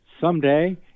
someday